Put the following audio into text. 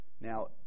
Now